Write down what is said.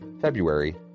February